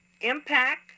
impact